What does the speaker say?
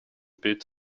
bild